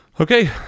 Okay